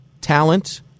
talent